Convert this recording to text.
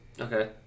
Okay